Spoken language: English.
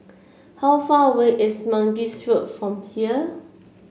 how far away is Mangis Road from here